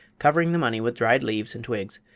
covering the money with dried leaves and twigs,